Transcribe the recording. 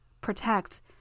Protect